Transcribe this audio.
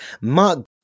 Mark